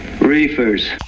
reefers